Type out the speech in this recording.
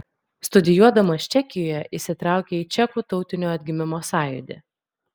studijuodamas čekijoje įsitraukė į čekų tautinio atgimimo sąjūdį